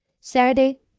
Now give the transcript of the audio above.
Saturday